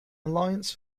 alliance